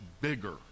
bigger